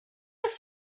ist